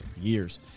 years